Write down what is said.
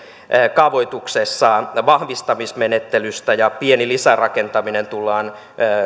kaavoituksessa vahvistamismenettelystä ja pieni lisärakentaminen tullaan